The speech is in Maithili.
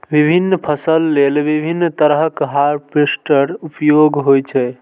विभिन्न फसल लेल विभिन्न तरहक हार्वेस्टर उपयोग होइ छै